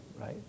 Right